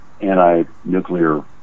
anti-nuclear